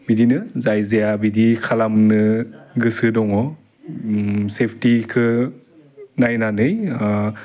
बिदिनो जाय जाया बिदि खालामनो गोसो दङ सेफटिखौ नायनानै